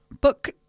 book